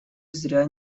зря